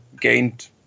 gained